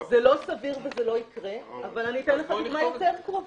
זה לא סביר וזה לא יקרה אבל אני אתן לך דוגמה יותר קרובה: